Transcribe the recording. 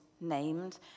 named